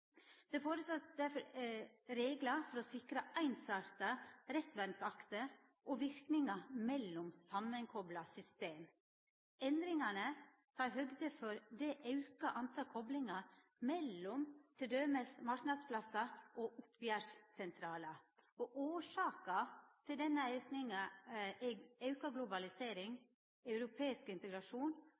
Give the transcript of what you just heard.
Det vert foreslått reglar for å sikra einsarta rettsvernsakter og verknader mellom samankopla system. Endringane tek høgd for det auka talet på koplingar mellom t. d. marknadsplassar og oppgjerssentralar. Årsaka til denne auken er auka globalisering, europeisk integrasjon